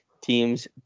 Teams